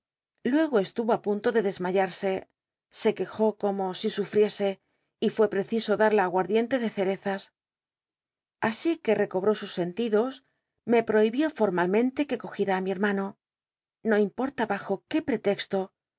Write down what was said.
luego estuvo á punto de desmayarse se quejó como si sufriese y fué preciso darla aguardiente de cerezas así que l'ecobró sus sentidos me l ohibió fotllalmente que cogiem ti mi hermano no importa bajo qué pretexto